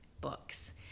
books